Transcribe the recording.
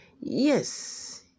Yes